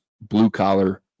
blue-collar